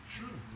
true